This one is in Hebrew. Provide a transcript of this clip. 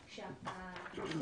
תכננתי.